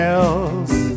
else